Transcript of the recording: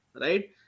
right